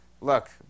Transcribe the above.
look